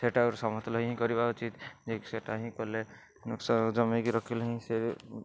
ସେଇଟାକୁ ସମତୁଲ ହିଁ କରିବା ଉଚିତ୍ ଯିଏକି ସେଇଟା ହିଁ କଲେ ଜମେଇକି ରଖିଲେ ହିଁ ସେ